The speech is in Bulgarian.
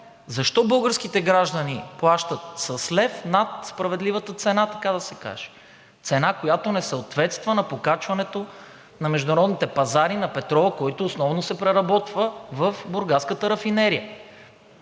Защо българските граждани плащат с лев над справедливата цена, така да се каже, цена, която не съответства на покачването на международните пазари на петрола, който основно се преработва в бургаската рафинерия?